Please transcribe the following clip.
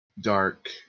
dark